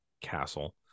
castle